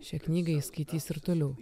šią knygą jis skaitys ir toliau